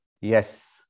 Yes